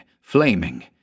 flaming